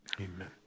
Amen